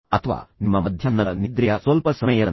ಅಥವಾ ನಿಮ್ಮ ಮಧ್ಯಾಹ್ನದ ನಿದ್ರೆಯ ಸ್ವಲ್ಪ ಸಮಯದ ನಂತರವೇ